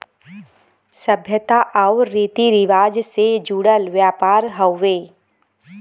सभ्यता आउर रीती रिवाज से जुड़ल व्यापार हउवे